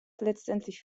letztendlich